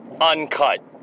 Uncut